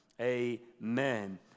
amen